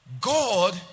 God